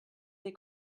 they